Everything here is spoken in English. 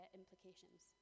implications